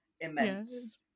immense